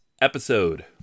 episode